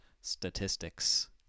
statistics